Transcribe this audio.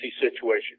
situation